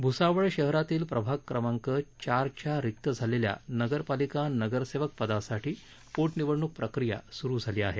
भुसावळ शहरातील प्रभाग क्रमांक चारच्या रीक्त झालेल्या नगरपालिका नगरसेवक पदासाठी पोटनिवडणूक प्रक्रिया सुरू झाली आहे